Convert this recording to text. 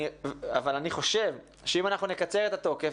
אבל אני חושב שאם אנחנו נקצר את התוקף,